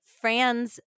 Fran's